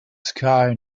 sky